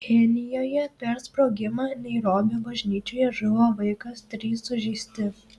kenijoje per sprogimą nairobio bažnyčioje žuvo vaikas trys sužeisti